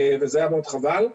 וזה היה מאוד חבל.